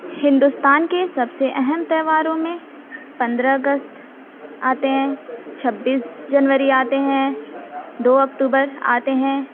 ہندوستان کے سب سے اہم تہواروں میں پندرہ اگست آتے ہیں چھبیس جنوری آتے ہیں دو اکتوبر آتے ہیں